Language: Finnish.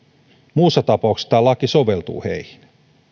muussa tapauksessa tämä laki soveltuu heihin